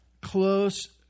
close